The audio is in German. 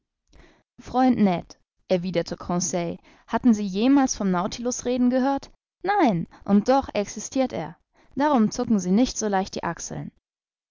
freund ned erwiderte conseil hatten sie jemals vom nautilus reden gehört nein und doch existirt er darum zucken sie nicht so leicht die achseln